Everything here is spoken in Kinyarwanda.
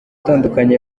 atandukanye